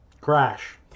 Crash